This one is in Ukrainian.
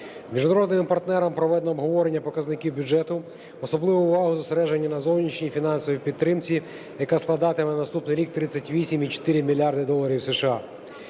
Міжнародними партнерами проведено обговорення показників бюджету, особливу увагу зосереджено на зовнішній фінансовій підтримці, яка складатиме на наступний рік 38,4 мільярда доларів США.